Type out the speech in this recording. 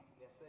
Yes